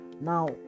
now